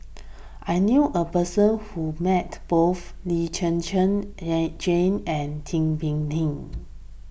I knew a person who met both Lee Chen Chen and Jane and Tin Pei Ling